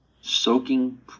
soaking